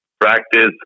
practice